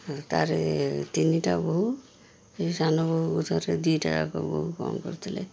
ତାର ତିନିଟା ବୋହୂ ଏ ସାନ ବୋହୂକୁ ଥରେ ଦୁଇଟା ଯାକ ବୋହୂ କ'ଣ କରିୁଥିଲେ